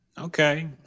Okay